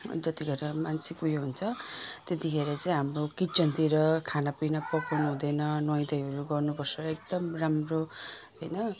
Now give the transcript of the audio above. जतिखेर मान्छेको उयो हुन्छ त्यतिखेर चाहिँ हाम्रो किचनतिर खानापिना पकाउन हुँदैन नुहाइ धुवाइहरू गर्नु पर्छ एकदम राम्रो होइन